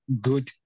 good